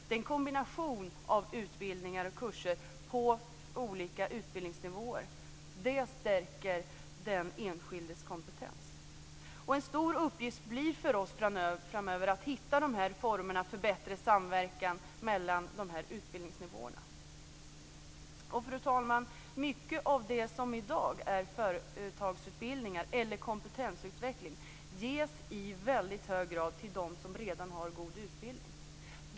Det är en kombination av utbildningar och kurser på olika utbildningsnivåer som stärker den enskildes kompetens. En stor uppgift blir för oss framöver att hitta formerna för bättre samverkan mellan dessa utbildningsnivåer. Fru talman! Mycket av det som i dag är företagsutbildningar eller kompetensutveckling ges i väldigt hög grad till dem som redan har god utbildning.